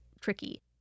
tricky